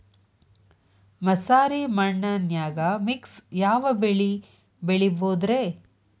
ಮಸಾರಿ ಮಣ್ಣನ್ಯಾಗ ಮಿಕ್ಸ್ ಯಾವ ಬೆಳಿ ಬೆಳಿಬೊದ್ರೇ?